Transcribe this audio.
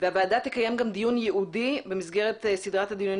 והוועדה תקיים גם דיון ייעודי במסגרת סדרת הדיונים